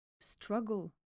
struggle